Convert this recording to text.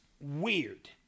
weird